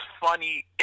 funny